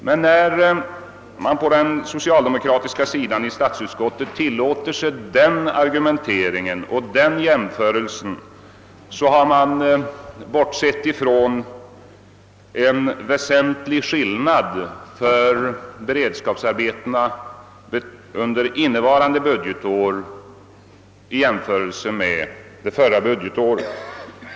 Men när de socialdemokratiska ledamöterna i statsutskottet tillåter sig att göra den jämförelsen, har de bortsett från en väsentlig skillnad mellan beredskapsarbetena under innevarande budgetår och beredskapsarbetena under förra budgetåret.